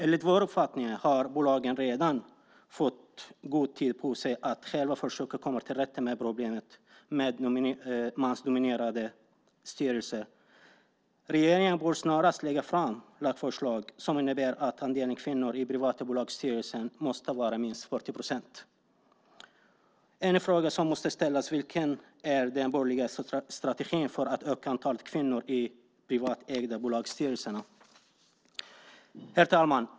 Enligt vår uppfattning har bolagen redan fått god tid på sig att själva försöka komma till rätta med problemet med mansdominerade styrelser. Regeringen bör snarast lägga fram ett lagförslag som innebär att andelen kvinnor i privata bolagsstyrelser måste vara minst 40 procent. En fråga som måste ställas är: Vilken är den borgerliga strategin för att öka antalet kvinnor i de privatägda bolagens styrelser? Herr talman!